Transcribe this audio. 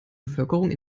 bevölkerung